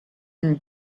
une